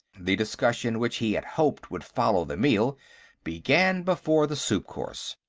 the discussion which he had hoped would follow the meal began before the soup-course.